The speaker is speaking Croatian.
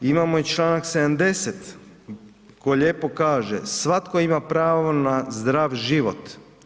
I imamo i članak 70. koji lijepo kaže svatko ima pravo na zdrav život.